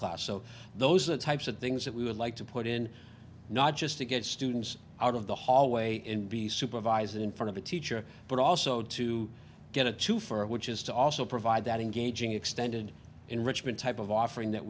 class so those are the types of things that we would like to put in not just to get students out of the hallway and be supervised in front of a teacher but also to get a two for it which is to also provide that engaging extended enrichment type of offering that